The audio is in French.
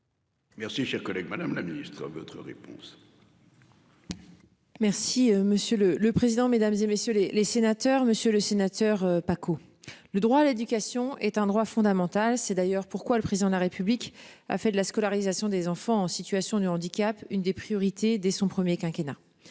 Merci cher collègue. Madame la Ministre votre réponse.-- Merci monsieur le le président, mesdames, et messieurs les sénateurs, Monsieur le Sénateur. Paco le droit à l'éducation est un droit fondamental, c'est d'ailleurs pourquoi le président de la République a fait de la scolarisation des enfants en situation de handicap, une des priorités dès son premier quinquennat.